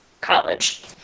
college